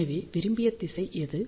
எனவே விரும்பிய திசை எது